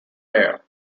heir